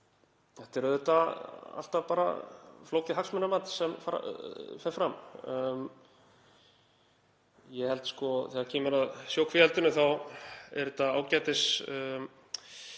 Þetta er auðvitað alltaf flókið hagsmunamat sem fer fram. Ég held að þegar kemur að sjókvíaeldinu þá sé þetta ágætisnálgun